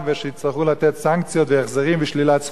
סנקציות והחזרים ושלילת זכויות אדם וזכויות אזרח.